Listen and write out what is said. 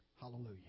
Hallelujah